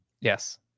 Yes